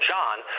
John